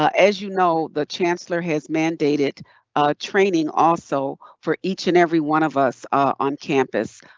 ah as you know, the chancellor has mandated training also for each and every one of us on campus,